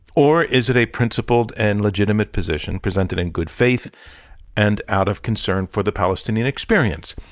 or, is it a principled, and legitimate position presented in good faith and out of concern for the palestinian experience?